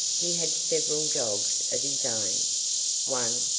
he had several dogs of his own one,